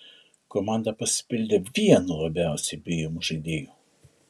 komanda pasipildė vienu labiausiai bijomų žaidėjų